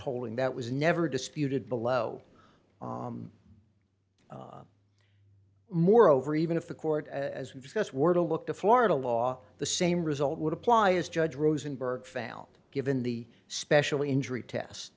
holding that was never disputed below moreover even if the court as we discussed were to look to florida law the same result would apply as judge rosenberg found given the special injury test